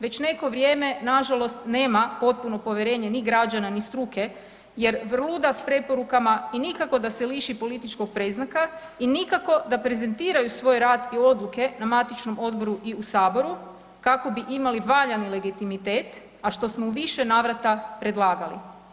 Već neko vrijeme nažalost nema potpuno povjerenje ni građana ni struke jer vrluda s preporukama i nikako da se liši političkog predznaka i nikako da prezentiraju svoj rad i odluke na matičnom odboru i u Saboru, kako bi imali valjani legitimitet, a što smo u više navrata predlagali.